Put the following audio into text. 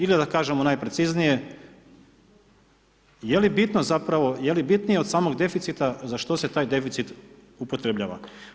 Ili da kažemo najpreciznije, je li bitno, zapravo, je li bitnije od samog deficita, za što se taj deficit upotrebljava.